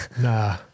Nah